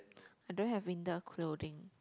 I don't have winter clothing